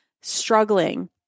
struggling